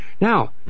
Now